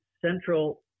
central